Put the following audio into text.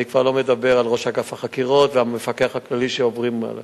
אני כבר לא מדבר על ראש אגף החקירות והמפקח הכללי שעוברים על התיק.